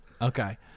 Okay